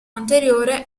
anteriore